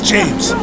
James